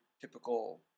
typical